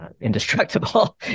indestructible